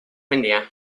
india